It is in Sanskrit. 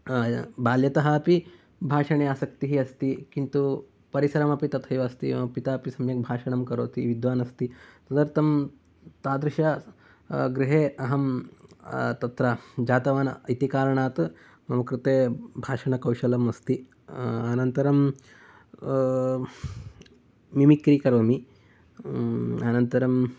बाल्यतः अपि भाषणे आसक्तिः अस्ति किन्तु परिसरमपि तथैव अस्ति मम पिता अपि सम्यक् भाषणं करोति विद्वान् अस्ति तदर्थं तादृश गृहे अहं तत्र जातवान् इति कारणात् मम कृते भाषणकौशलं अस्ति अनन्तरं मिमिक्री करोमि अनन्तरं